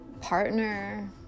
partner